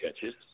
catches